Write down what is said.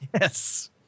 Yes